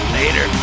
later